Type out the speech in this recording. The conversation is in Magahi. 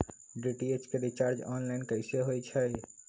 डी.टी.एच के रिचार्ज ऑनलाइन कैसे होईछई?